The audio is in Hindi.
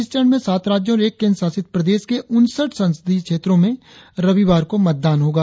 इस चरण में सात राज्यों और एक केंद्र शासित प्रदेश के उनसठ संसदीय निर्वाचन क्षेत्रों में रविवार को मतदान होना है